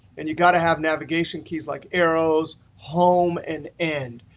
and you got to have navigation keys, like arrows, home and end.